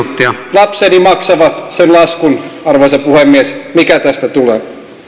lapseni maksavat sen laskun arvoisa puhemies mikä tästä tulee